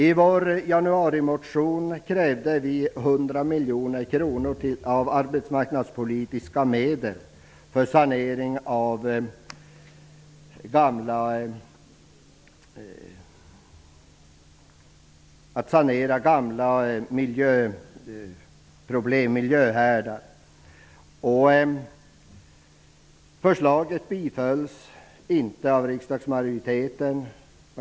I vår januarimotion krävde vi 100 miljoner kronor av arbetsmarknadspolitiska medel för att sanera gamla miljöfarliga områden. Förslaget bifölls inte av riksdagsmajoriteten.